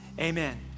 Amen